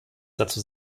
dazu